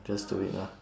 just do it lah